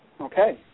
Okay